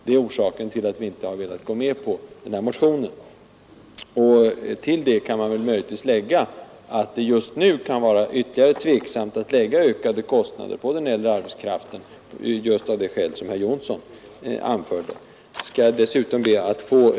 Det är orsaken till att vi inte velat gå med på denna motion. Utöver detta kan möjligtvis sägas att det just nu — av skäl som herr Johnsson i Blentarp anförde — kan vara särskilt tveksamt att lägga ökade kostnader för den äldre arbetskraften.